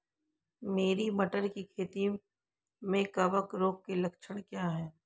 मेरी मटर की खेती में कवक रोग के लक्षण क्या हैं?